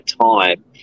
time